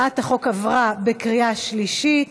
הצעת החוק עברה בקריאה שלישית,